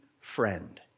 friend